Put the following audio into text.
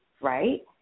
right